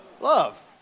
Love